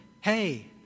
hey